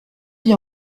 vit